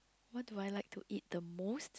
what do I like to eat the most